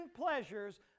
pleasures